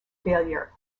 failure